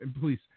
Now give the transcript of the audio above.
Please